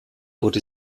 wurde